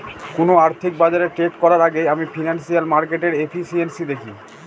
কোন আর্থিক বাজারে ট্রেড করার আগেই আমি ফিনান্সিয়াল মার্কেটের এফিসিয়েন্সি দেখি